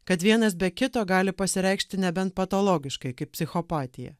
kad vienas be kito gali pasireikšti nebent patologiškai kaip psichopatija